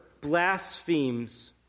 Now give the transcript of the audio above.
blasphemes